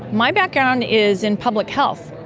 my background is in public health.